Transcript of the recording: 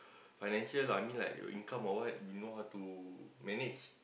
financial lah I mean like your income or what you know how to manage